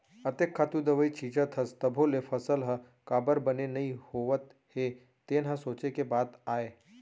अतेक खातू दवई छींचत हस तभो ले फसल ह काबर बने नइ होवत हे तेन ह सोंचे के बात आय